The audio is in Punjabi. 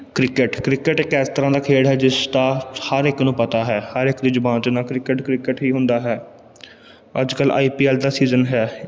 ਕ੍ਰਿਕਟ ਕ੍ਰਿਕਟ ਇੱਕ ਇਸ ਤਰ੍ਹਾਂ ਦਾ ਖੇਡ ਹੈ ਜਿਸ ਦਾ ਹਰ ਇੱਕ ਨੂੰ ਪਤਾ ਹੈ ਹਰ ਇੱਕ ਦੀ ਜ਼ੁਬਾਨ 'ਚ ਨਾ ਕ੍ਰਿਕਟ ਕ੍ਰਿਕਟ ਹੀ ਹੁੰਦਾ ਹੈ ਅੱਜ ਕੱਲ੍ਹ ਆਈ ਪੀ ਐਲ ਦਾ ਸੀਜ਼ਨ ਹੈ